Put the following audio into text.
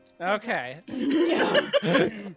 Okay